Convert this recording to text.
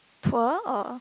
tour or